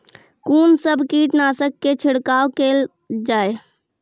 कून सब कीटनासक के छिड़काव केल जाय?